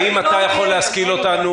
חברי הכנסת, הנקודה מוצתה.